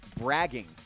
Bragging